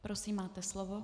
Prosím, máte slovo.